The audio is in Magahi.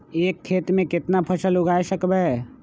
एक खेत मे केतना फसल उगाय सकबै?